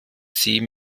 sie